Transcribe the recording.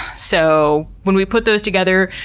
so when we put those together,